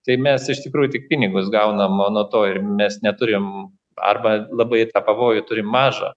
tai mes iš tikrųjų tik pinigus gaunam a nuo to ir mes neturim arba labai tą pavojų turim mažą